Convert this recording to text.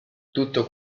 tutto